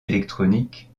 électroniques